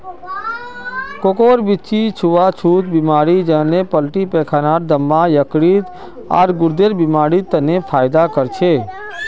कोकोर बीच्ची छुआ छुत बीमारी जन्हे उल्टी पैखाना, दम्मा, यकृत, आर गुर्देर बीमारिड तने फयदा कर छे